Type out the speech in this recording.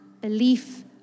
belief